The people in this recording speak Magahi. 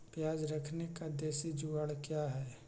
प्याज रखने का देसी जुगाड़ क्या है?